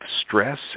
stress